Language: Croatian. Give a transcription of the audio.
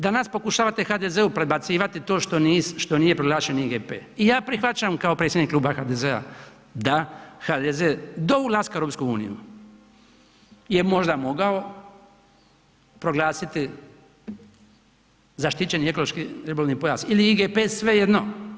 Danas pokušavate HDZ-u prebacivati to što nije proglašen IGP i ja prihvaćam kao predsjednik Kluba HDZ-a da HDZ do ulaska u EU je možda mogao proglasiti zaštićeni ekološki obalni pojas ili IGP, svejedno.